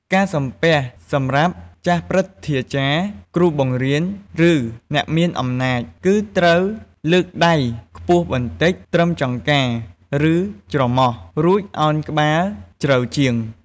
ការសំពះសម្រាប់ចាស់ព្រឹទ្ធាចារ្យ គ្រូបង្រៀន ឬអ្នកមានអំណាច គឺត្រូវលើកដៃខ្ពស់បន្តិច ត្រឹមចង្កា ឬច្រមុះ រួចឱនក្បាលជ្រៅជាង។